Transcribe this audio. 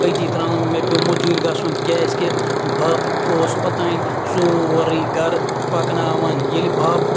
أتی ترٛاوُن مےٚ پیوٚو مٔزوٗرۍ گژھُن کیٛازِکہِ بَب اوس اوٚتام سورُے گَرٕ پَکناوان ییٚلہِ بَب